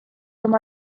oma